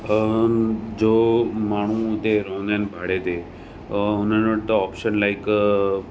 अम जो माण्हू हुते रहंदा आहिनि भाड़े ते अ हुननि वटि त ऑप्शन लाइक